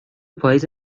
پاییز